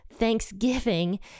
Thanksgiving